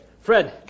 Fred